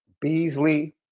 Beasley